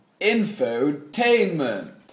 infotainment